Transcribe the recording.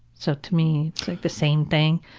so to me, it's like the same thing.